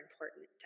important